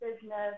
business